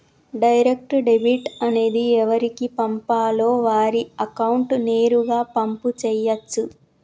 direct debit అనేది ఎవరికి పంపాలో వారి అకౌంట్ నేరుగా పంపు చేయచ్చు